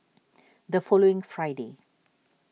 the following Friday